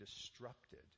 disrupted